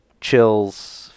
chills